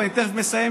ואני תכף מסיים,